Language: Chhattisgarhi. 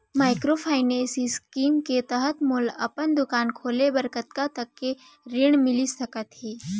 माइक्रोफाइनेंस स्कीम के तहत मोला अपन दुकान खोले बर कतना तक के ऋण मिलिस सकत हे?